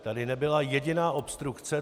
Tady nebyla jediná obstrukce.